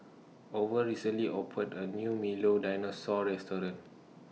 Orval recently opened A New Milo Dinosaur Restaurant